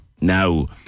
now